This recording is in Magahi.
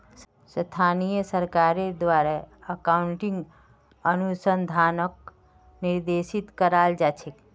स्थानीय सरकारेर द्वारे अकाउन्टिंग अनुसंधानक निर्देशित कराल जा छेक